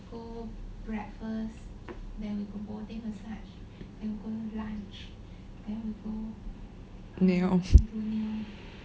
nail